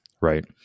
right